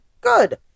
Good